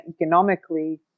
economically